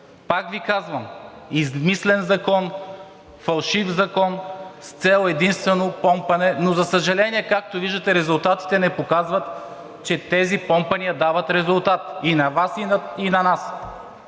Пак Ви казвам: измислен закон, фалшив закон с цел единствено помпане. Но за съжаление, както виждате, резултатите не показват, че тези помпания дават резултат – и на Вас